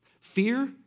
Fear